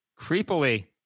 Creepily